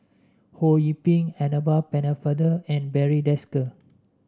Ho Yee Ping Annabel Pennefather and Barry Desker